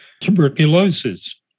Tuberculosis